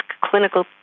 clinical